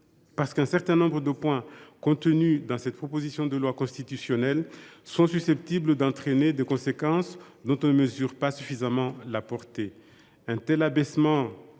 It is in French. parce qu’un certain nombre de dispositions de cette proposition de loi constitutionnelle sont susceptibles d’entraîner des conséquences dont on ne mesure pas suffisamment la portée.